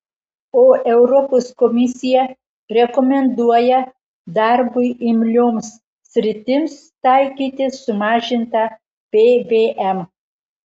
o europos komisija rekomenduoja darbui imlioms sritims taikyti sumažintą pvm